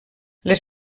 les